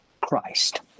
Christ